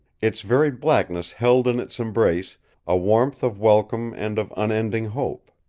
its very blackness held in its embrace a warmth of welcome and of unending hope.